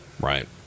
Right